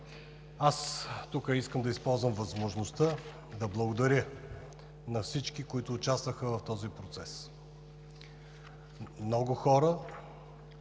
Искам да използвам възможността тук да благодаря на всички, които участваха в този процес. Много хора